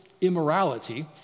immorality